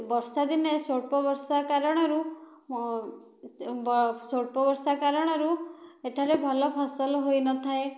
ବର୍ଷା ଦିନେ ସ୍ୱଳ୍ପ ବର୍ଷା କାରଣରୁ ସ୍ୱଳ୍ପ ବର୍ଷା କାରଣରୁ ଏଠାରେ ଭଲ ଫସଲ ହୋଇନଥାଏ